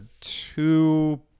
Two